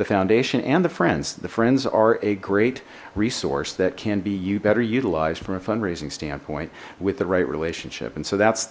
the foundation and the friends the friends are a great resource that can be you better utilized from a fundraising standpoint with the right relationship and so that's